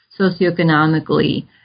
socioeconomically